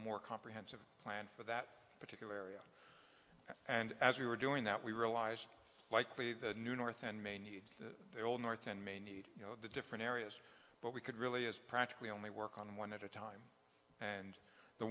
more comprehensive plan for that particular area and as we were doing that we realized likely the new north and may need the old north and may need you know the different areas but we could really as practically only work on one at a time and the